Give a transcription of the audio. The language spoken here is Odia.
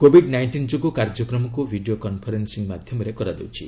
କୋବିଡ୍ ନାଇଷ୍ଟିନ୍ ଯୋଗୁଁ କାର୍ଯ୍ୟକ୍ରମକ୍ତ ଭିଡ଼ିଓ କନ୍ଫରେନ୍ଦିଂ ମାଧ୍ୟମରେ କରାଯାଉଛି